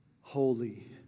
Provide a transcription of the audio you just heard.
holy